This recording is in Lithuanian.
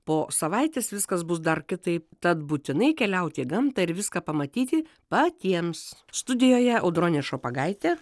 po savaitės viskas bus dar kitaip tad būtinai keliauti į gamtą ir viską pamatyti patiems studijoje audronė šopagaitė